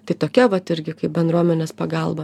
tai tokia vat irgi kaip bendruomenės pagalba